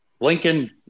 Lincoln